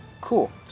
Cool